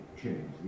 change